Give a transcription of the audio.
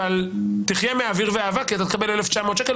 אבל שיחיה מהאוויר והאבק כי הוא יקבל 1,900 שקלים